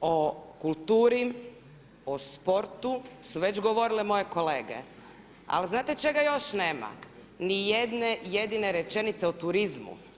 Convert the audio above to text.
o kulturi, o sportu su već govorile moje kolege, ali znate čega još nema, ni jedne jedine rečenice o turizmu.